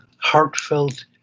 heartfelt